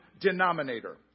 denominator